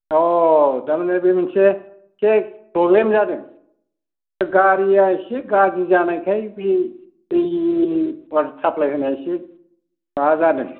अ थारमाने बे मोनसे एसे प्रब्लेम जादों गारिया एसे गाज्रि जानायखाय बे दै अवाटार साप्लाय होनाया एसे माबा जादों